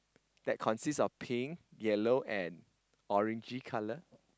that consist of pink yellow and orange colour